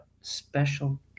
special